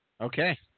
Okay